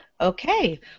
Okay